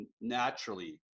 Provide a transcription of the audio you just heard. naturally